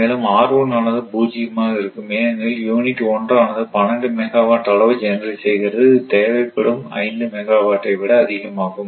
மேலும் ஆனது பூஜ்யமாக இருக்கும் ஏனெனில் யூனிட் 1 ஆனது 12 மெகாவாட் அளவு ஜெனரேட் செய்கிறது இது தேவைப்படும் 5 மெகாவாட்டை விட அதிகமாகும்